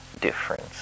difference